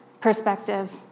perspective